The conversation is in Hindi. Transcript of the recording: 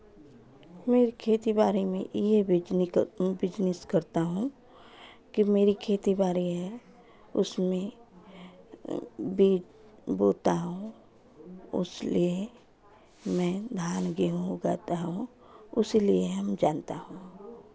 मेरे खेती बारी में एक ये बिजनी बिजनेस करता हूँ कि मेरी खेती बारी है उसमें बीज बोता हूँ उसलिए मैं धान गेहूँ उगाता हूँ उसलिए हम जानता हूँ